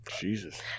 Jesus